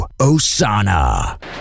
Osana